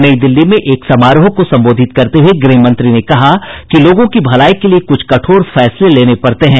नई दिल्ली में एक समारोह को संबोधित करते हुए गृहमंत्री ने कहा कि लोगों की भलाई के लिए कुछ कठोर निर्णय लेने पड़ते हैं